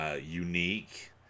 Unique